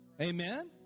Amen